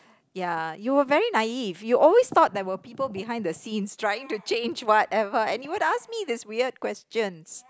ya you were very naive you always thought there were people behind the scenes trying to change whatever and you would ask me this weird questions